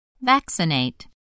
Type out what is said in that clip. Vaccinate